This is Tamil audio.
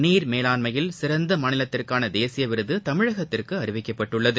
நீர் மேலாண்மையில் சிறந்த மாநிலத்திற்கான தேசிய விருது தமிழகத்திற்கு அறிவிக்கப்பட்டுள்ளது